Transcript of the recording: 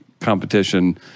competition